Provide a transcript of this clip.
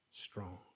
strong